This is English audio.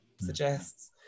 suggests